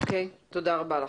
אוקי, תודה רבה לך.